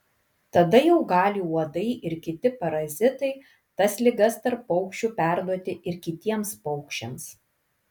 tada jau gali uodai ir kiti parazitai tas ligas tarp paukščių perduoti ir kitiems paukščiams